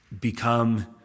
become